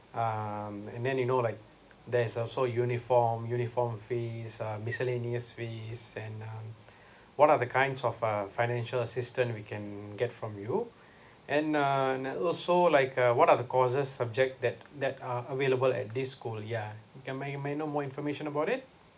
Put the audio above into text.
um and then you know like there's also uniform uniform fees um miscellaneous fees and um what are the kinds of uh financial assistance we can get from you and uh and also like uh what are the courses subject that that are available at this school yeah can may may I know more information about it